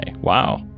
wow